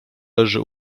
leży